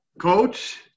coach